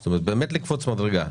זאת אומרת, באמת לקפוץ מדרגה.